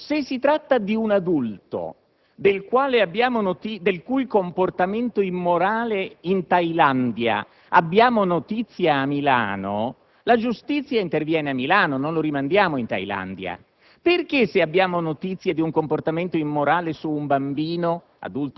cose drammatiche e sono avvenute in Bielorussia. Signor Ministro, se si tratta di un adulto del cui comportamento immorale in Thailandia giunge notizia a Milano, la giustizia interviene a Milano e non lo rimanda certo in Thailandia.